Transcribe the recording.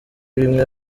bimwe